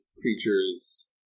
creatures